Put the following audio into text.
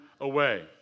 away